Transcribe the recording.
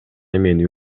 мени